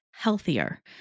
healthier